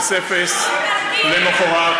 ל-07:00 למחרת,